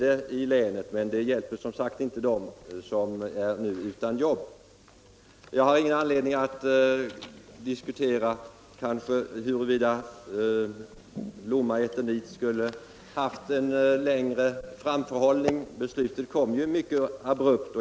Det är riktigt, men det hjälper som sagt in:e dem som är utan jobb. Jag har kanske ingen anledning att diskutera huruvida Lomma Eternit skulle ha haft en längre framförhållning. Beslutet kom ju mycket abrupt.